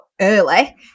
early